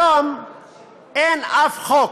היום אין שום חוק.